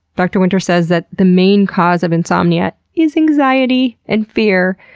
dr. winter says that the main cause of insomnia is anxiety and fear,